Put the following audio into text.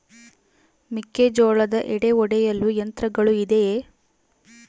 ಮೆಕ್ಕೆಜೋಳದ ಎಡೆ ಒಡೆಯಲು ಯಂತ್ರಗಳು ಇದೆಯೆ?